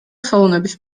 ხელოვნების